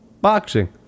boxing